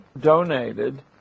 donated